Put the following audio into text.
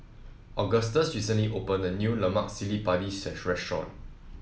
Agustus recently opened a new Lemak Cili Padi restaurant